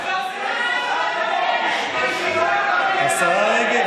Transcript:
השרה רגב,